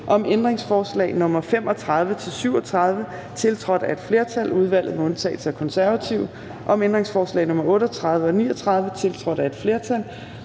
om ændringsforslag nr. 35-37, tiltrådt af et flertal (udvalget med undtagelse af KF), om ændringsforslag nr. 38 og 39, tiltrådt af et flertal